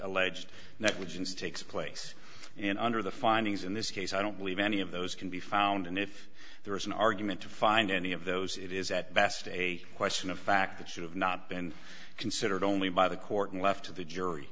unsticks place and under the findings in this case i don't believe any of those can be found and if there is an argument to find any of those it is at best a question of fact that should have not been considered only by the court and left to the jury